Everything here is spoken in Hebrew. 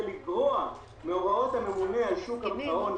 לגרוע מהוראות הממונה על שוק ההון,